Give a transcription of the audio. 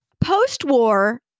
Post-war